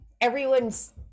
everyone's